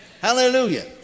Hallelujah